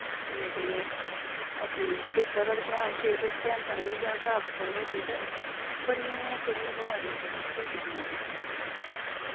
कन्नै कन्नै अपनी सेह्ता दा बी ध्यान सेह्त दा ध्यान ताइयें जे अस साफ सफाई रक्खगे ते बड़ियें सारियें बमारियें कोला अस बची जन्ने आं